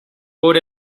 por